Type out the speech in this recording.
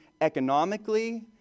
economically